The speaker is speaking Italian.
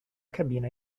cabina